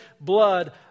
blood